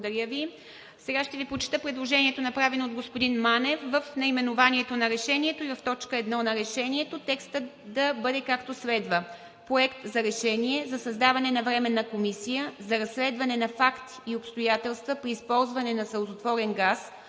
е прието. Сега ще Ви прочета предложението, направено от господин Манев. В наименованието на решението и в т. 1 на решението, текстът да бъде, както следва: „Проект за решение за създаване на Временна комисия за разследване на факти и обстоятелства при използване на сълзотворен газ,